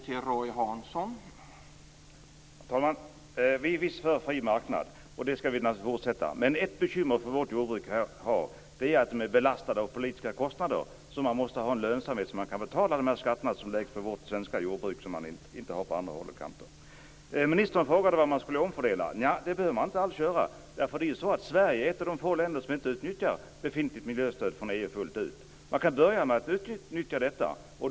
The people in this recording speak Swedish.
Herr talman! Vi är visst för fri marknad. Det skall vi naturligtvis ha även i fortsättningen. Men ett bekymmer som vårt jordbruk har är att det är belastat med politiska kostnader. Man måste ha lönsamhet, så att man kan betala de skatter som läggs på vårt svenska jordbruk, men som man inte har på andra håll och kanter. Ministern frågade vad man skulle omfördela. Det behöver man inte alls göra. Sverige är nämligen ett av de få länder som inte utnyttjar befintligt miljöstöd från EU fullt ut. Man kan börja med att utnyttja detta.